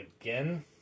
again